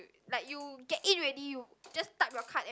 like you get in already you just type your card and